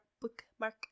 bookmark